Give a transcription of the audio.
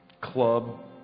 club